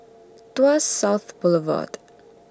Tuas South Boulevard